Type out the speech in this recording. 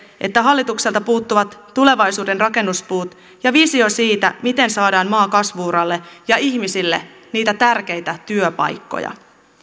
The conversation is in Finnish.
että hallitukselta puuttuvat tulevaisuuden rakennuspuut ja visio siitä miten saadaan maa kasvu uralle ja ihmisille niitä tärkeitä työpaikkoja